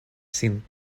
sin